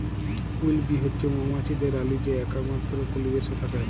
queen bee হছে মোমাছিদের রালী যে একমাত্তর উপলিবেশে থ্যাকে